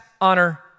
honor